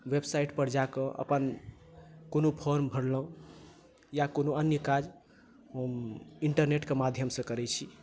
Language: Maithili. वेबसाइट पर जा कऽ अपन कोनो फॉर्म भारलहुॅं या कोनो अन्य काज हम इन्टरनेट के माध्यमसँ करै छी